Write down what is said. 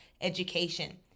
education